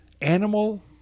animal